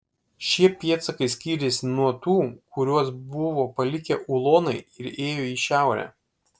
šie pėdsakai skyrėsi nuo tų kuriuos buvo palikę ulonai ir ėjo į šiaurę